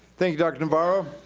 thank you, dr. navarro,